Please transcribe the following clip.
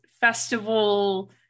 festival